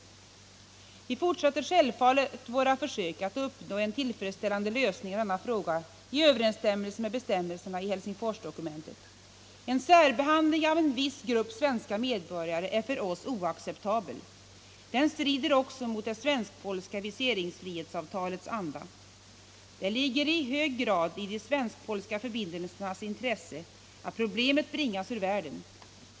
Vi fortsätter självfallet våra försök att uppnå en tillfredsställande lösning av denna fråga i överensstämmelse med bestämmelserna i Helsingforsdokumentet. En särbehandling av en viss grupp svenska medborgare är för oss oacceptabel. Den strider också mot det svensk-polska viseringsfrihetsavtalets anda. Det ligger i hög grad i de svensk-polska förbindelsernas intresse att problemet bringas ur världen.